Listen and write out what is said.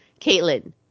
Caitlin